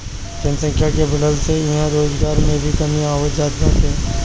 जनसंख्या के बढ़ला से इहां रोजगार में भी कमी आवत जात बाटे